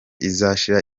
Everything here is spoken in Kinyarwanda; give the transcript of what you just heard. izashira